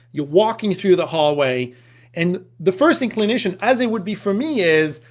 you're walking through the hallway and the first inclination as it would be for me is,